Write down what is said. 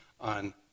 on